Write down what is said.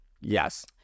Yes